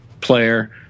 player